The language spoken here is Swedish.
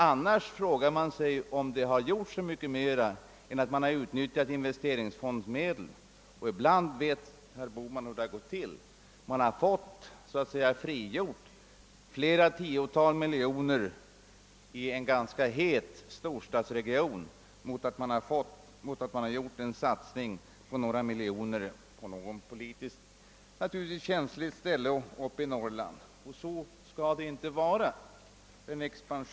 Annars frågar man sig, om det har gjorts så mycket mer än att företagen har utnyttjat investeringsfondsmedel. Herr Bohman vet ju hur det ibland har gått till: man har fått flera tiotal miljoner frigjorda för investeringar i en ganska het storstadsregion mot att man har gjort en satsning på några miljoner på något politiskt känsligt ställe uppei Norrland. Så skall det inte vara.